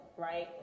Right